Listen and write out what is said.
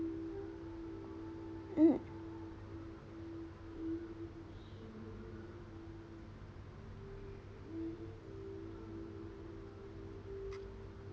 mm